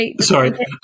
sorry